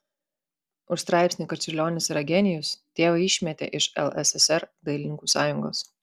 už straipsnį kad čiurlionis yra genijus tėvą išmetė iš lssr dailininkų sąjungos